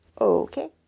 Okay